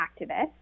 activist